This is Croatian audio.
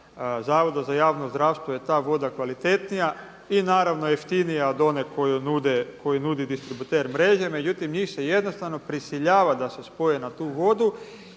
Zavoda za javno zdravstvo je ta voda kvalitetnija i naravno jeftinija od one koju nudi distributer mreže. Međutim njih se jednostavno prisiljava da se spoje na tu vodu